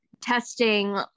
testing